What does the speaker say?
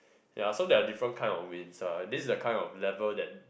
ya so there are different kinds of winds ah this is the kind of level that